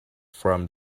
from